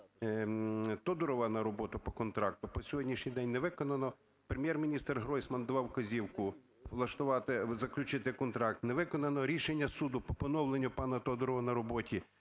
Тодурова на роботу по контракту, по сьогоднішній день не виконано. Прем'єр-міністр Гройсман давав вказівку влаштувати, заключити контракт – не виконано. Рішення суду по поновленню пана Тодурова на роботі